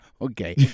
okay